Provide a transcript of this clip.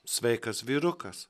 sveikas vyrukas